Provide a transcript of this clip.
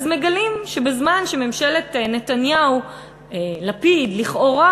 אז מגלים שבזמן שממשלת נתניהו-לפיד לכאורה